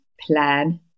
plan